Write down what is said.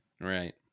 Right